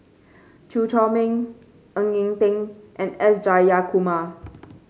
Chew Chor Meng Ng Eng Teng and S Jayakumar